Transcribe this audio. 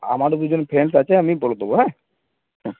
আমারও দুজন ফ্রেন্ডস আছে আমি বলে দেবো হ্যাঁ হুম